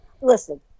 Listen